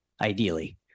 ideally